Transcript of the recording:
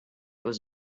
was